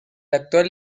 actual